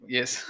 yes